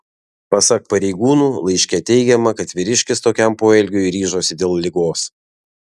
pasak pareigūnų laiške teigiama kad vyriškis tokiam poelgiui ryžosi dėl ligos